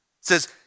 says